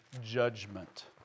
judgment